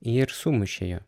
ir sumušė jo